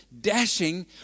dashing